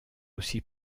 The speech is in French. aussi